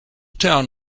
town